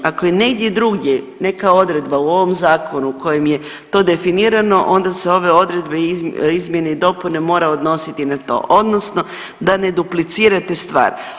Ako je negdje drugdje neka odredba u ovom zakonu u kojem je to definirano onda se ove odredbe izmjene i dopune mora odnositi i na to odnosno da ne duplicirate stvar.